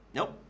Nope